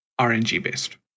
RNG-based